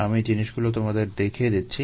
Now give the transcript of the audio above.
আমি জিনিসগুলো তোমাদের দেখিয়ে দিচ্ছি